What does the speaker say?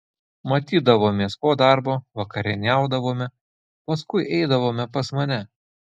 matydavomės po darbo vakarieniaudavome paskui eidavome pas mane